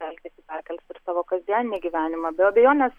elgesį perkeliant ir savo kasdienį gyvenimą be abejonės